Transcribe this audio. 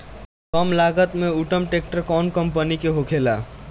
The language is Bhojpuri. कम लागत में उत्तम ट्रैक्टर कउन कम्पनी के होखेला?